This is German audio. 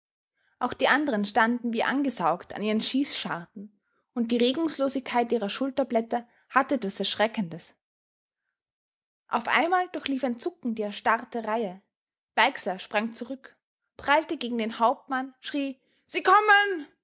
auch die anderen standen wie angesaugt an ihren schießscharten und die regungslosigkeit ihrer schulterblätter hatte etwas erschreckendes auf einmal durchlief ein zucken die erstarrte reihe weixler sprang zurück prallte gegen den hauptmann schrie sie kommen